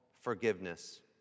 forgiveness